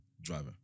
driver